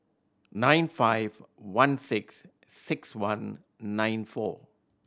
nine five one six six one nine four